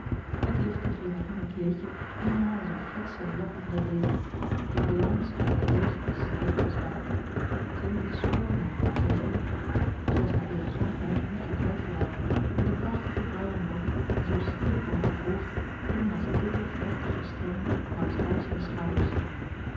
het lichte grenadinen kleedje hing haar als een fletsche lap om de leden de volants met kroos en slijk bezwaard zij liet een spoor na waar zij ging zij was haar elegant rond hoedje kwijt geraakt en de prachtige bruine lokken die zoo sierlijk hadden gegolfd hingen als dikke vochtige strengen langs hals en schouders